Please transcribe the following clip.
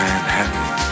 Manhattan